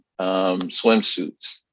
swimsuits